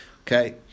Okay